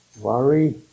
Worry